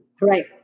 Right